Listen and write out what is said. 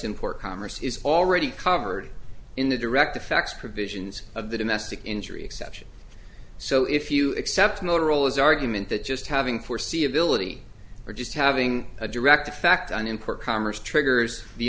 import commerce is already covered in the direct effects provisions of the domestic injury exception so if you accept motorola's argument that just having foreseeability or just having a direct effect on import commerce triggers the